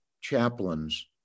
chaplains